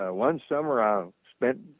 ah one summer i spent